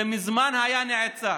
זה מזמן היה נעצר.